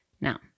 Now